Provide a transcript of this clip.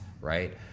right